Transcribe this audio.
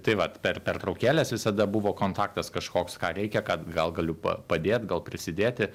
tai vat per pertraukėles visada buvo kontaktas kažkoks ką reikia kad gal galiu pa padėt gal prisidėti